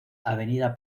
avenida